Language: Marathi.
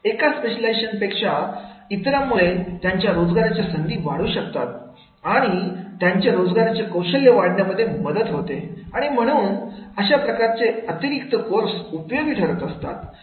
एका स्पेशलायझेशन पेक्षा इतरांमुळे त्याच्या रोजगाराच्या संधी वाढतात आणि त्याचे रोजगारांचे कौशल्य वाढण्यामध्ये मदत होते आणि म्हणून म्हणून अशा प्रकारचे अतिरिक्त कोर्स उपयोगात ठरतात